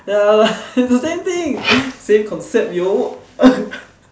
ya lah is the same thing same concept yo